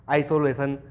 isolation